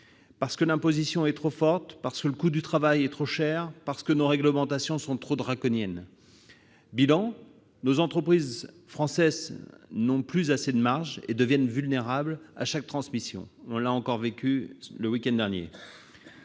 France, l'imposition est trop forte, le coût du travail est trop cher et nos réglementations sont trop strictes. Bilan : les entreprises françaises n'ont plus assez de marges et deviennent vulnérables à chaque transmission. On a encore pu le constater le week-end dernier.